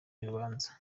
y’urubanza